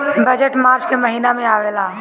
budget March के महिना में आवेला